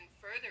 further